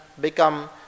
become